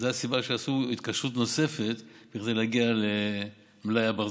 זו הסיבה שעשו התקשרות נוספת כדי להגיע למלאי ברזל.